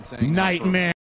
Nightmare